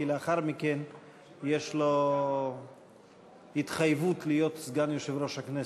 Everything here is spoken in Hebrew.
כי לאחר מכן יש לו התחייבות להיות סגן יושב-ראש הכנסת.